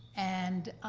and